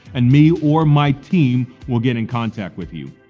and me or my team will get in contact with you.